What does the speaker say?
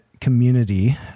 community